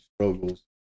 struggles